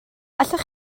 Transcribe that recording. allwch